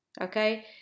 Okay